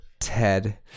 Ted